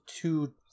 two